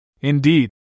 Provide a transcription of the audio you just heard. Indeed